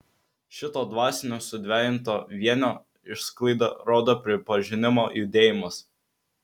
šito dvasinio sudvejinto vienio išsklaidą rodo pripažinimo judėjimas